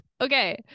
Okay